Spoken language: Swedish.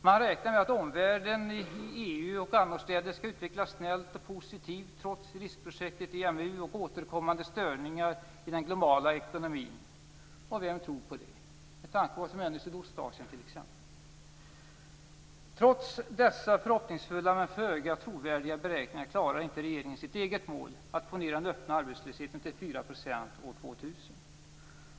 Man räknar med att omvärlden, i EU och annorstädes, skall utvecklas snällt och positivt trots riskprojektet EMU och återkommande störningar i den globala ekonomin. Vem tror på det, med tanke på vad som händer i t.ex. Sydostasien? Trots dessa förhoppningsfulla, men föga trovärdiga, beräkningar klarar inte regeringen sitt eget mål, att få ned den öppna arbetslösheten till 4 % år 2000.